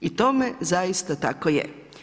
I tome zaista tako je.